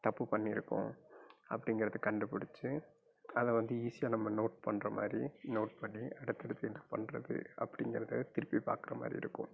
தப்பு பண்ணியிருக்கோம் அப்படிங்கிறது கண்டுபிடிச்சி அதை வந்து ஈஸியாக நம்ம நோட் பண்ற மாதிரி நோட் பண்ணி அதை திருப்பியும் என்ன பண்றது அப்படிங்கிறத திருப்பி பார்க்கற மாதிரி இருக்கும்